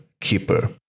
keeper